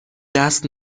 دست